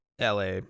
LA